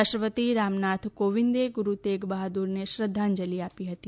રાષ્ટ્રપતિ રામનાથ કોવિંદે ગુરૂ તેગ બહાદૂરને શ્રધ્ધાંજલિ અપી હતી